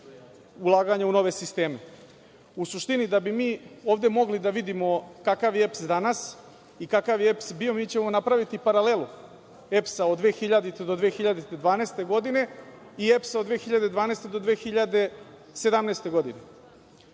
ulaganje u nove sisteme.U suštini, da bi mogli ovde da vidimo kakav je EPS danas i kakav je EPS bio, napravićemo paralelu EPS od 2000.-2012. godine i EPS od 2012.-2017. godine.